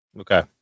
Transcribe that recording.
Okay